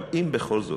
אם בכל זאת,